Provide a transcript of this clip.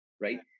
right